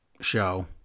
show